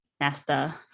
Nesta